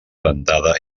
dentada